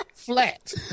flat